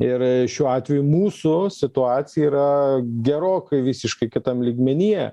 ir šiuo atveju mūsų situacija yra gerokai visiškai kitam lygmenyje